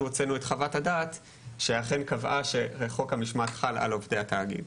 הוצאנו את חוות הדעת שאכן קבעה שחוק המשמעת חל על עובדי התאגיד.